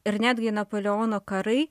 ir netgi napoleono karai